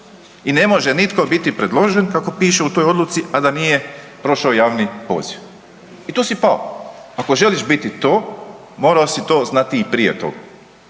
I ne može nitko biti predložen kako piše u toj odluci a da nije prošao javni poziv i tu si pao. Ako želiš biti to morao si to znati i prije